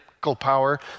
Power